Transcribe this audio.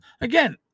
Again